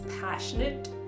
passionate